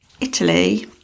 Italy